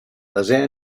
desè